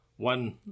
One